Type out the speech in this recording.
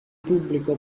pubblico